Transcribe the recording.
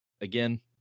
again